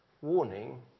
warning